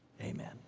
Amen